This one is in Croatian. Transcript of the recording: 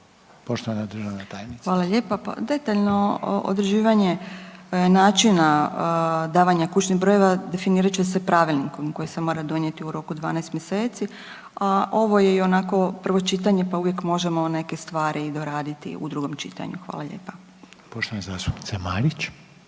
Poštovana državna tajnica. **Magaš, Dunja** Hvala lijepa. Pa detaljno određivanje načina davanja kućnih brojeva definirat će se pravilnikom koji se mora donijeti u roku 12 mjeseci, a ovo je ionako prvo čitanje, pa uvijek možemo neke stvari i doraditi u drugom čitanju. Hvala lijepa. **Reiner,